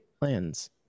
plans